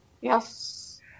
Yes